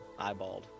eyeballed